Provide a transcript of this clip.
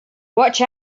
watch